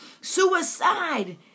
Suicide